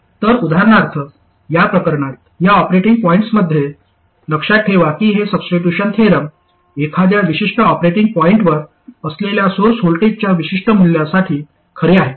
तर उदाहरणार्थ या प्रकरणात या ऑपरेटिंग पॉईंटमध्ये लक्षात ठेवा की हे सबस्टिट्यूशन थेरम एखाद्या विशिष्ट ऑपरेटिंग पॉईंटवर असलेल्या सोर्स व्होल्टेजच्या विशिष्ट मूल्यासाठी खरे आहे